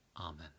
Amen